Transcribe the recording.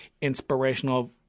inspirational